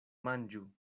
manĝu